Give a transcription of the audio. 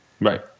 Right